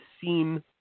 seen